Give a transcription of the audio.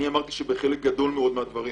אמרתי שבחלק גדול מאוד מהדברים